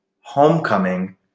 homecoming